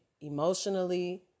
emotionally